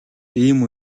ийм